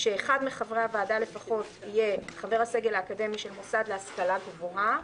שאחד לפחות מחברי הוועדה יהיה חבר הסגל האקדמי של מוסד להשכלה גבוהה,